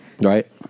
Right